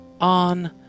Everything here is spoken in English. on